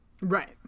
Right